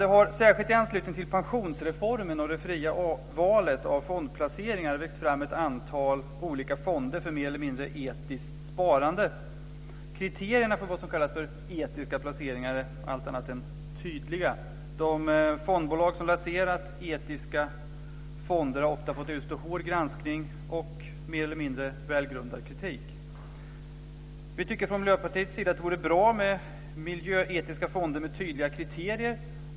Det har, särskilt i anslutning till pensionsreformen och det fria valet av fondplaceringar, växt fram ett antal olika fonder för mer eller mindre etiskt sparande. Kriterierna för vad som kallas etiska placeringar är allt annat än tydliga. De fondbolag som lanserat etiska fonder har ofta fått utstå hård granskning och mer eller mindre välgrundad kritik. Vi tycker från Miljöpartiets sida att det vore bra med miljöetiska fonder med tydliga kriterier.